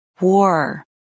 war